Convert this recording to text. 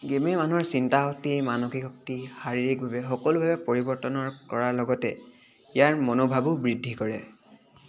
গেমে মানুহৰ চিন্তা শক্তি মানসিক শক্তি শাৰীৰিকভাৱে সকলোভাৱে পৰিৱৰ্তনৰ কৰাৰ লগতে ইয়াৰ মনোভাবো বৃদ্ধি কৰে